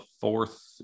fourth